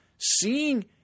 seeing